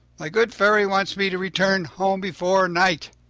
my good fairy wants me to return home before night.